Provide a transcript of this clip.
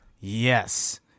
Yes